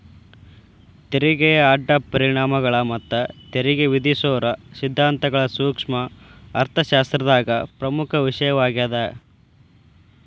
ತೆರಿಗೆಯ ಅಡ್ಡ ಪರಿಣಾಮಗಳ ಮತ್ತ ತೆರಿಗೆ ವಿಧಿಸೋದರ ಸಿದ್ಧಾಂತಗಳ ಸೂಕ್ಷ್ಮ ಅರ್ಥಶಾಸ್ತ್ರದಾಗ ಪ್ರಮುಖ ವಿಷಯವಾಗ್ಯಾದ